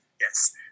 yes